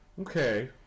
Okay